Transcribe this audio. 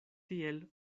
tiel